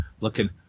looking